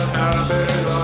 habit